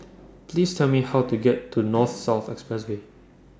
Please Tell Me How to get to North South Expressway